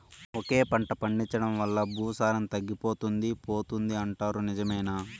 ఒకే పంట పండించడం వల్ల భూసారం తగ్గిపోతుంది పోతుంది అంటారు నిజమేనా